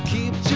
Keep